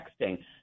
texting